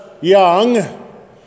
young